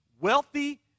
wealthy